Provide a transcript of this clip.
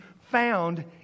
found